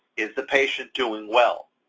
is the patient doing well?